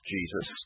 Jesus